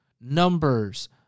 numbers